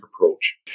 approach